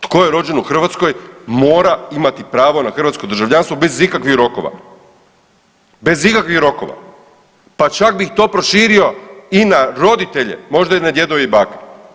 Tko je rođen u Hrvatskoj mora imati pravo na hrvatsko državljanstvo bez ikakvih rokova, bez ikakvih rokova, pa čak bih to proširio i na roditelje, možda i na djedove i bake.